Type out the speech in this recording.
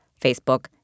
Facebook